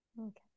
Okay